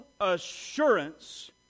assurance